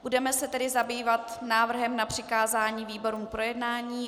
Budeme se tedy zabývat návrhem na přikázání výborům k projednání.